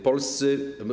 Polscy.